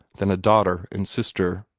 than a daughter and sister.